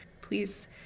Please